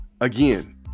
Again